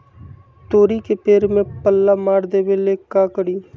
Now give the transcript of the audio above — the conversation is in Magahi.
तोड़ी के पेड़ में पल्ला मार देबे ले का करी?